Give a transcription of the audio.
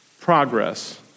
progress